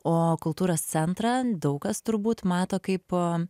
o kultūros centrą daug kas turbūt mato kaip